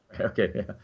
Okay